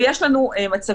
ויש לנו מצבים,